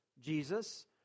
Jesus